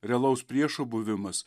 realaus priešo buvimas